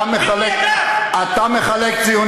אתה מחלק,